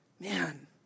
Man